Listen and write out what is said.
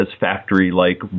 factory-like